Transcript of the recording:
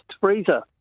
freezer